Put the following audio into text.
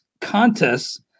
contests